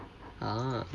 ah